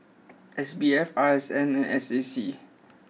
S B F R S N and S A C